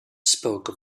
spoke